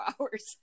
hours